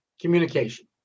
communication